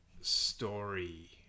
story